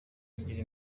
bigira